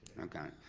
okay,